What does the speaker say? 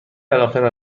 علاقه